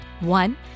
One